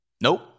Nope